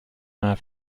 einer